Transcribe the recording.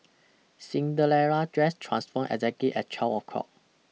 Cinderella's dress transformed exactly at twelve o' clock